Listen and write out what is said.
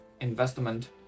investment